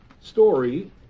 story